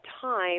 time